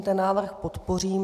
Ten návrh podpořím.